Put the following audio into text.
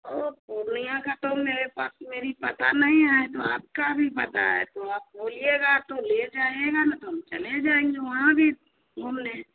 ओ पूर्णिया का तो मेरे पास मेरी पता नहीं है तो आपका भी पता है तो आप बोलिएगा तो ले जाइएगा न तो हम चले जाएंगे वहाँ भी घूमने